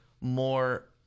more